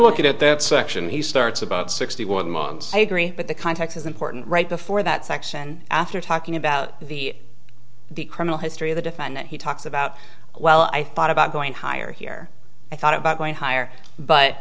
looking at that section he starts about sixty one months i agree but the context is important right before that section after talking about the the criminal history of the defendant he talks about well i thought about going higher here i thought about going higher but